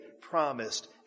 promised